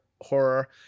horror